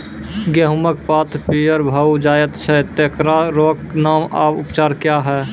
गेहूँमक पात पीअर भअ जायत छै, तेकरा रोगऽक नाम आ उपचार क्या है?